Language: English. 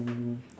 mm